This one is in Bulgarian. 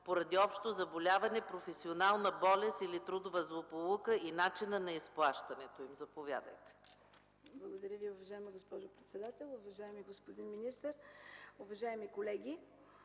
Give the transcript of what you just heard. поради общо заболяване, професионална болест или трудова злополука и начина на изплащането им. Заповядайте. ЕМИЛИЯ МАСЛАРОВА (КБ): Благодаря Ви, уважаема госпожо председател. Уважаеми господин министър, уважаеми колеги,